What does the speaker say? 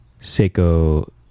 Seiko